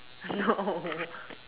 no